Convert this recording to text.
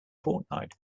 fortnight